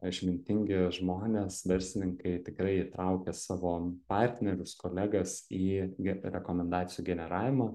išmintingi žmonės verslininkai tikrai įtraukia savo partnerius kolegas į ge rekomendacijų generavimą